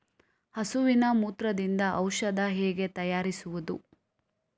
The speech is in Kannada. ಹಸುವಿನ ಮೂತ್ರದಿಂದ ಔಷಧ ಹೇಗೆ ತಯಾರಿಸುವುದು?